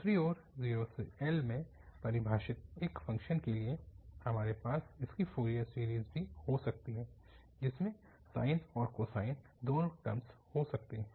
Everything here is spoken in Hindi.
दूसरी ओर 0L में परिभाषित एक फ़ंक्शन के लिए हमारे पास इसकी फ़ोरियर सीरीज़ भी हो सकती है जिसमें साइन और कोसाइन दोनों टर्मस हो सकते हैं